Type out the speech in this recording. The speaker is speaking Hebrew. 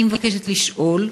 אני מבקשת לשאול: